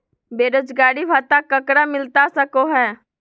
बेरोजगारी भत्ता ककरा मिलता सको है?